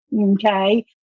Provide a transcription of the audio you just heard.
Okay